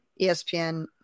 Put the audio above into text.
ESPN